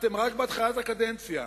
אתם רק בהתחלת הקדנציה.